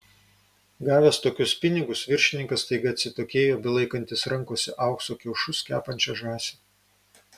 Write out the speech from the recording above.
gavęs tokius pinigus viršininkas staiga atsitokėjo belaikantis rankose aukso kiaušus kepančią žąsį